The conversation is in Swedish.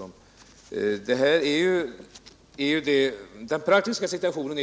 Som jag försökte klargöra i mitt tidigare inlägg är den praktiska situationen